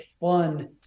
fun